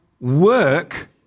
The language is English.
work